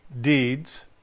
deeds